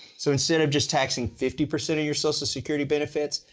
so instead of just taxing fifty percent of your social security benefits,